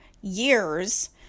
years